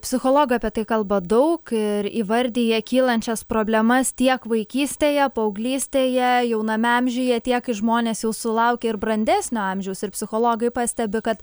psichologai apie tai kalba daug ir įvardija kylančias problemas tiek vaikystėje paauglystėje jauname amžiuje tiek kai žmonės jau sulaukia ir brandesnio amžiaus ir psichologai pastebi kad